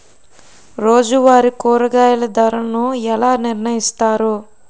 రోజువారి కూరగాయల ధరలను ఎలా నిర్ణయిస్తారు?